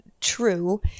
true